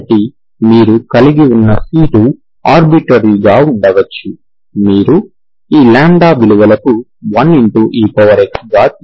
కాబట్టి మీరు కలిగి ఉన్న c2 ఆర్బిట్రరీ గా ఉండవచ్చు మీరు ఈ λ విలువలకు 1ex గా తీసుకోవచ్చు